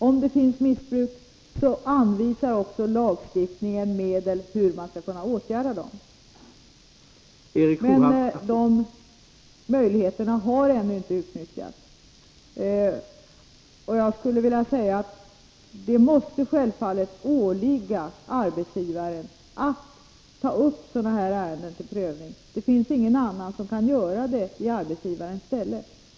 Om det förekommer missbruk anvisar lagstiftningen också hur man skall kunna åtgärda det. Men de möjligheterna har ännu inte utnyttjats. Jag skulle vilja säga att det självfallet måste åligga arbetsgivaren att ta upp sådana här ärenden till prövning. Det finns ingen annan som kan göra det i arbetsgivarens ställe.